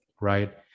right